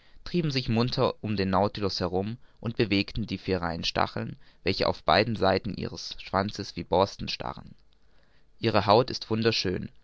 trieben sich munter um den nautilus herum und bewegten die vier reihen stacheln welche auf beiden seiten ihres schwanzes wie borsten starren ihre haut ist wunderschön